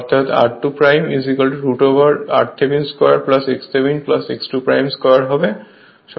অর্থাৎ r2 root over r Thevenin 2 x Thevenin x 2 2 হবে